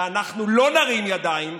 ואנחנו לא נרים ידיים.